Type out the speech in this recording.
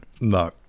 No